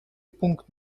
пункт